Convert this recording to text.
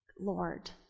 Lord